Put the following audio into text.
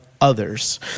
others